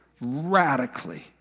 radically